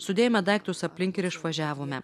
sudėjome daiktus aplink ir išvažiavome